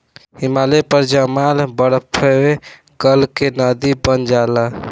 हिमालय पर जामल बरफवे गल के नदी बन जाला